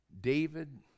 David